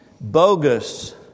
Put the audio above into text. bogus